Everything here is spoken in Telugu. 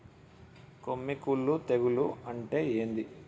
కొమ్మి కుల్లు తెగులు అంటే ఏంది?